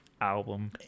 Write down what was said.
album